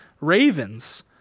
Ravens